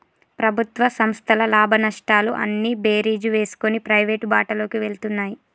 ప్రభుత్వ సంస్థల లాభనష్టాలు అన్నీ బేరీజు వేసుకొని ప్రైవేటు బాటలోకి వెళ్తున్నాయి